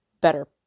better